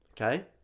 okay